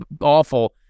awful